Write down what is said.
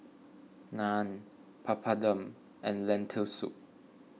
Naan Papadum and Lentil Soup